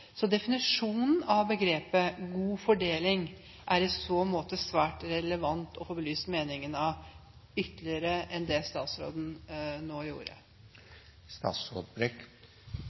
Definisjonen av begrepet «god fordeling» er i så måte svært relevant å få belyst ytterligere utover det statsråden nå